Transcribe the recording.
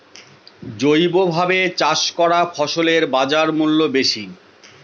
জৈবভাবে চাষ করা ফসলের বাজারমূল্য বেশি